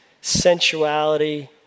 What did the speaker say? sensuality